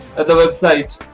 at the website.